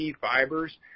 fibers